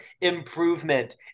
Improvement